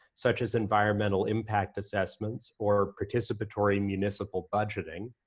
such as environmental impact assessments or participatory municipal budgeting.